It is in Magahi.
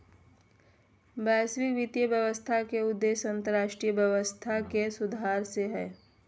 वैश्विक वित्तीय व्यवस्था के उद्देश्य अन्तर्राष्ट्रीय व्यवस्था के सुधारे से हय